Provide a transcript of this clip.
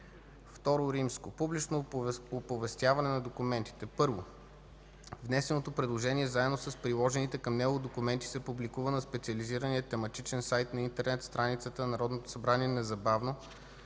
II. Публично оповестяване на документите. 1. Внесеното предложение заедно с приложените към него документи се публикува на специализирания тематичен сайт на интернет страницата на Народното събрание незабавно,